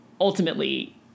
ultimately